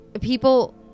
people